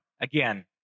Again